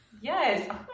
Yes